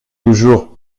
toujours